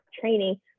training